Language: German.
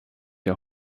der